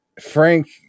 Frank